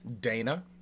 Dana